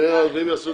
כבוד היושב ראש,